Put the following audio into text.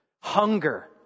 hunger